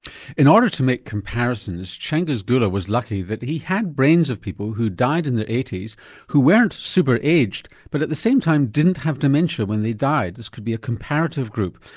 in order to make comparisons, changiz geula was lucky that he had brains of people who died in their eighty s who weren't super-aged but at the same time didn't have dementia when they died. this could be a comparative group,